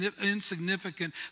insignificant